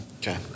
Okay